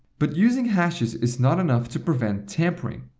but using hashes is not enough to prevent tampering.